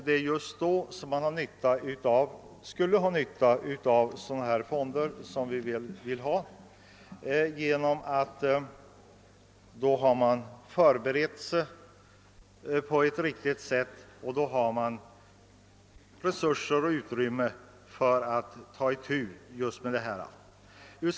Det är då som företagen skulle ha nytta av att ha förberett sig genom att bygga upp fonder som ger dem resurser och utrymme att ta itu med nya uppgifter.